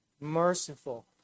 merciful